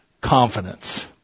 confidence